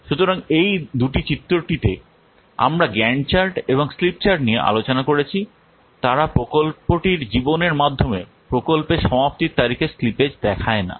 সুতরাং এই দুটি চিত্রটিতে আমরা গ্যান্ট চার্ট এবং স্লিপ চার্ট নিয়ে আলোচনা করেছি তারা প্রকল্পটির জীবনের মাধ্যমে প্রকল্পের সমাপ্তির তারিখের স্লিপেজ দেখায় না